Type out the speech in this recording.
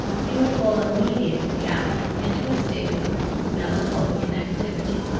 he would fall immediately after into a state of the most melancholy inactivity,